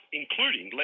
including